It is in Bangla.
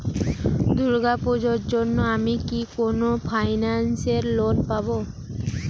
দূর্গা পূজোর জন্য আমি কি কোন ফাইন্যান্স এ লোন পাবো?